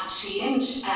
change